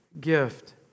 gift